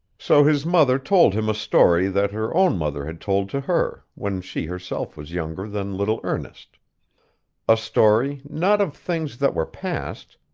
so his mother told him a story that her own mother had told to her, when she herself was younger than little ernest a story, not of things that were past,